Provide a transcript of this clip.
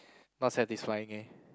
not satisfying eh